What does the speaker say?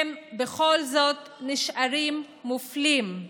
שהם בכל זאת נשארים מופלים.